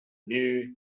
knew